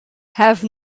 have